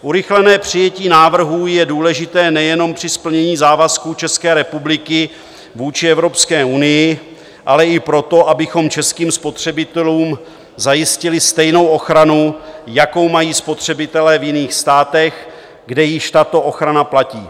Urychlené přijetí návrhu je důležité nejenom při splnění závazků České republiky vůči Evropské unii, ale i proto, abychom českým spotřebitelům zajistili stejnou ochranu, jakou mají spotřebitelé v jiných státech, kde již tato ochrana platí.